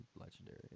Legendary